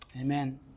Amen